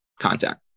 content